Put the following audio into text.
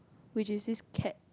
which is this cat